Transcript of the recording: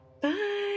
Bye